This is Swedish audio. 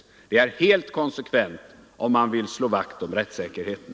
Detta är helt konsekvent, om man vill slå vakt om rättssäkerheten.